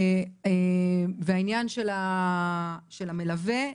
העניין של המלווה.